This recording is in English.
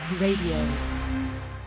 Radio